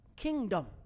kingdom